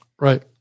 Right